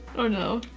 oh no.